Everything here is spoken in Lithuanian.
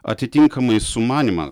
atitinkamai sumanymą